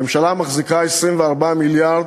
הממשלה מחזיקה 24 מיליארד,